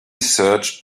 search